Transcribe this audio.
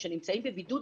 שנמצאים בבידוד,